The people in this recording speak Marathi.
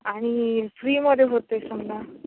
आणि फ्रीमध्ये होते समजा